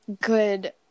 good